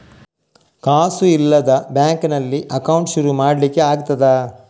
ಕಾಸು ಇಲ್ಲದ ಬ್ಯಾಂಕ್ ನಲ್ಲಿ ಅಕೌಂಟ್ ಶುರು ಮಾಡ್ಲಿಕ್ಕೆ ಆಗ್ತದಾ?